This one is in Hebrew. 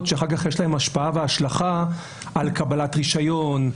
חקירות שאחר כך יש להן השפעה והשלכה על קבלת רישיון,